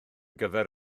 gyfer